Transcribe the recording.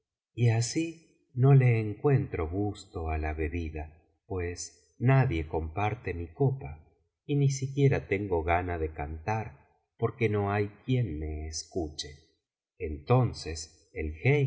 y así no le encuentro gusto á la bebida pues nadie comparte mi copa y ni siquiera tengo gana de cantar porque no hay quien me escuche entonces el